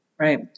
Right